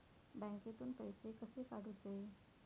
बँकेतून पैसे कसे काढूचे?